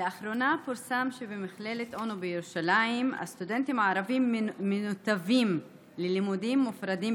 פורסם שבמכללת אונו בירושלים הסטודנטים הערבים מנותבים ללימודים מופרדים